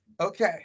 okay